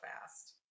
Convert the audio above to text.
fast